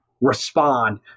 respond